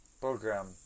program